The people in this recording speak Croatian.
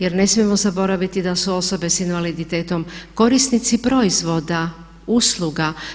Jer ne smijemo zaboraviti da su osobe s invaliditetom korisnici proizvoda usluga.